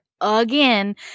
Again